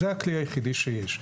זה הכלי היחידי שיש,